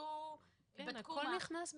עשו -- אבל הכל נכנס בפנים.